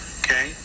okay